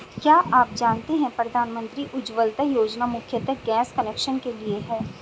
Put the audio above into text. क्या आप जानते है प्रधानमंत्री उज्ज्वला योजना मुख्यतः गैस कनेक्शन के लिए है?